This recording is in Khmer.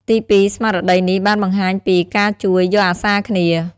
ទីពីរ ស្មារតីនេះបានបង្ហាញពី ការជួយយកអាសាគ្នា។